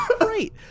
Right